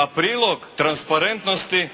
A prilog transparentnosti